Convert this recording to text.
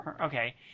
Okay